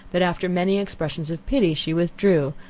that after many expressions of pity, she withdrew,